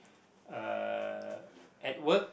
uh at work